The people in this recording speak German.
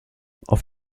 auf